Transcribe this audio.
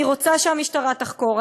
אני רוצה שהמשטרה תחקור.